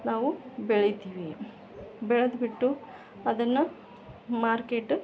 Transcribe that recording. ನಾವು ಬೆಳಿತೀವಿ ಬೆಳೆದ್ಬಿಟ್ಟು ಅದನ್ನು ಮಾರ್ಕೆಟ್